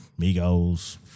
Migos